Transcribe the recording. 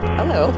Hello